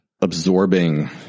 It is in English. absorbing